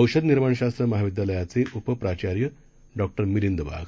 औषधनिर्माणशास्त्र महाविद्यालयाचे उपप्राचार्य डॉ मिलिंद वाघ